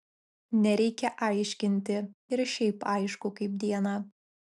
nereikia aiškinti ir šiaip aišku kaip dieną